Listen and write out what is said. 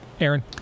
Aaron